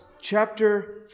chapter